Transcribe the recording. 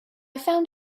found